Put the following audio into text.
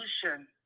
solution